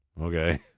okay